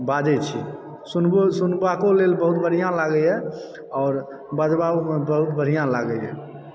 बाजै छी सुनबो सुनबाको लेल बहुत बढ़िऑं लागै यऽ आओर बजबाओमे बहुत बढ़िऑं लागै यऽ